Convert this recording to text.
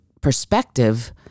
perspective